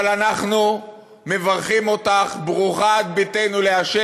אבל אנחנו מברכים אותך: ברוכה את, בתנו, לה',